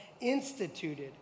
instituted